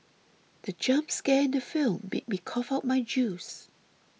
the jump scare in the film made me cough out my juice